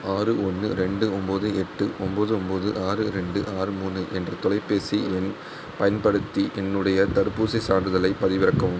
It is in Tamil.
ஆறு ஒன்று ரெண்டு ஒம்பது எட்டு ஒம்பது ஒம்பது ஆறு ரெண்டு ஆறு மூணு என்ற தொலைபேசி எண் பயன்படுத்தி என்னுடைய தடுப்பூசிச் சான்றிதழைப் பதிவிறக்கவும்